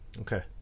Okay